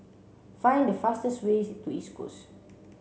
find the fastest ways to East Coast